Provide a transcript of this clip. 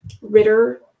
Ritter